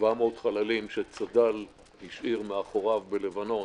700 חללים שצד"ל השאיר מאחוריו בלבנון,